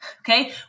Okay